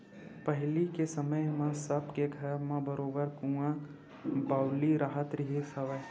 पहिली के समे म सब के घर म बरोबर कुँआ बावली राहत रिहिस हवय